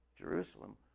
Jerusalem